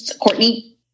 Courtney